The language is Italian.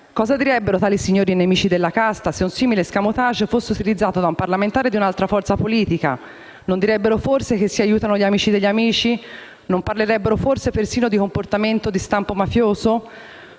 Cosa direbbero, tali signori nemici della casta, se un simile *escamotage* fosse utilizzato da un parlamentare di un'altra forza politica? Non direbbero forse che si aiutano gli amici degli amici? Non parlerebbero forse persino di comportamento di stampo mafioso?